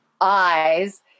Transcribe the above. eyes